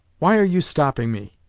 why are you stopping me?